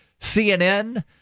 CNN